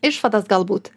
išvadas galbūt